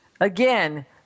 Again